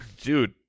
dude